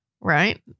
Right